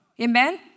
Amen